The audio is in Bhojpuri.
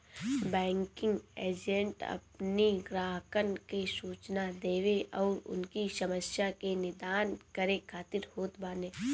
बैंकिंग एजेंट अपनी ग्राहकन के सूचना देवे अउरी उनकी समस्या के निदान करे खातिर होत बाने